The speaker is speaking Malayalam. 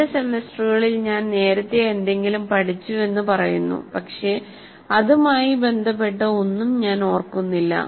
രണ്ട് സെമസ്റ്ററുകളിൽ ഞാൻ നേരത്തെ എന്തെങ്കിലും പഠിച്ചുവെന്ന് പറയുന്നുപക്ഷെ അതുമായി ബന്ധപ്പെട്ട ഒന്നും ഞാൻ ഓർക്കുന്നില്ല